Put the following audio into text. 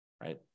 right